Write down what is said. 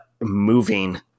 moving